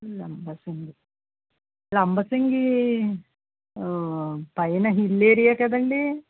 లంబసింగి లంబసింగి పైన hill area కదండి